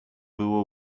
było